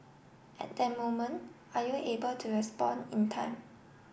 at that moment are you able to respond in time